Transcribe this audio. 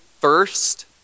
first